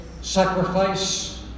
Sacrifice